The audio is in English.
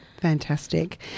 Fantastic